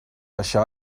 això